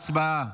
הצבעה.